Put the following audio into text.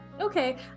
Okay